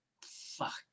fuck